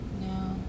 No